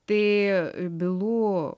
tai bylų